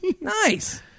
Nice